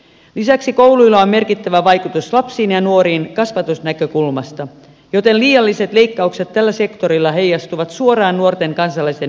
lisäksi kouluilla on merkittävä vaikutus lapsiin ja nuoriin kasvatusnäkökulmasta joten liialliset leikkaukset tällä sektorilla heijastuvat suoraan nuorten kansalaisten hyvinvointiin